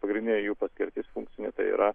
pagrindinė jų paskirtis funkcinė tai yra